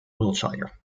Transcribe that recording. wiltshire